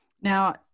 Now